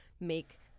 make